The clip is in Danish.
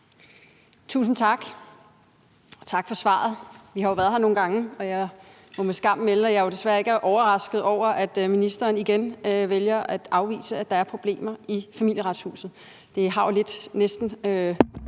Tusind tak, og tak for svaret. Vi har jo været her nogle gange, og jeg må med skam melde, at jeg jo desværre ikke er overrasket over, at ministeren igen vælger at afvise, at der er problemer i Familieretshuset. Det minder jo lidt om